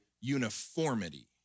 uniformity